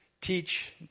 teach